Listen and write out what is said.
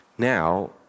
now